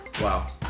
Wow